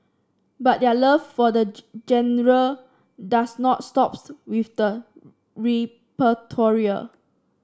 but their love for the genre does not stops with the repertoire